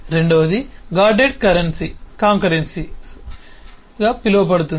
రెండవది guarded concurrency గా పిలువబడుతుంది